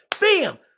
Bam